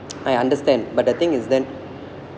I understand but the thing is then